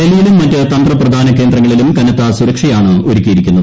ഡൽഹിയിലും മറ്റ് തന്ത്രപ്രധാന കേന്ദ്രങ്ങളിലും കനത്ത സുരക്ഷയാണ് ഒരുക്കിയിരിക്കുന്നത്